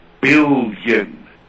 billion